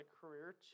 career